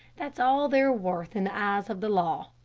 that's all they're worth in the eyes of the law.